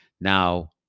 Now